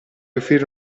offrire